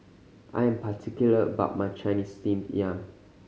I am particular about my Chinese Steamed Yam